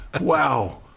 Wow